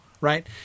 right